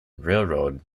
railroad